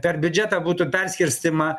per biudžetą būtų perskirstymą